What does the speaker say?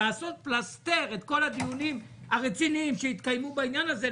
לעשות פלסתר את כל הדיונים הרציניים שיתקיימו בעניין הזה,